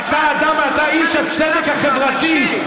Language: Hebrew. אתה איש הצדק החברתי,